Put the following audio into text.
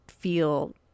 feel